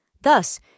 Thus